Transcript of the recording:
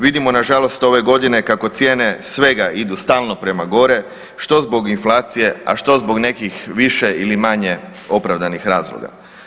Vidimo nažalost ove godine kako cijene svega idu stalno prema gore, što zbog inflacije, a što zbog nekih više ili manje opravdanih razloga.